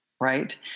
right